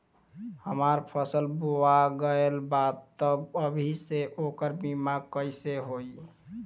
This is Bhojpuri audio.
हमार फसल बोवा गएल बा तब अभी से ओकर बीमा कइसे होई?